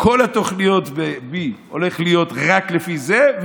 כל התוכניות ב-B הולכות להיות רק לפי זה,